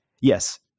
Yes